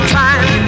time